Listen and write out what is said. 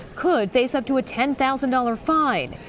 could face up to a ten thousand dollars fine.